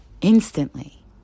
instantly